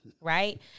Right